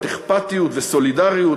אכפתיות וסולידריות,